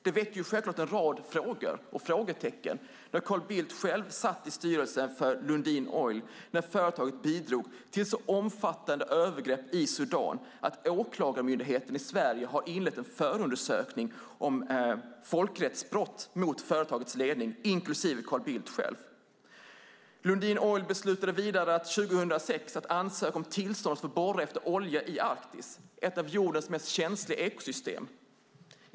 Det väcker självklart en rad frågor när Carl Bildt satt i styrelsen för Lundin Oil när företaget bidrog till sådana omfattande övergrepp i Sudan att Åklagarmyndigheten i Sverige har inlett en förundersökning om folkrättsbrott mot företagets ledning, inklusive Carl Bildt. Vidare beslutade Lundin Oil 2006 att ansöka om tillstånd för att borra efter olja i Arktis, ett av jordens mest känsliga ekosystem.